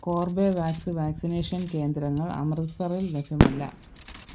Corbevax vaccination കേന്ദ്രങ്ങൾ അമൃത്സറിൽ ലഭ്യമല്ല